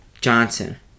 Johnson